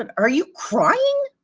and are you crying?